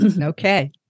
Okay